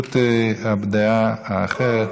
זכות הדעה האחרת.